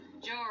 George